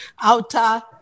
outer